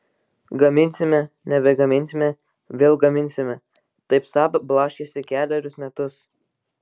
gaminsime nebegaminsime vėl gaminsime taip saab blaškėsi kelerius metus